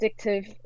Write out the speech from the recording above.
addictive